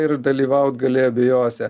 ir dalyvaut gali abejose